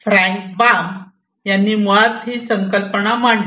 franc Baum यांनी मुळात ही संकल्पना मांडली